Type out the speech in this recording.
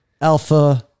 alpha